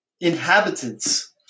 inhabitants